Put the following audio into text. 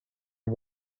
are